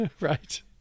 Right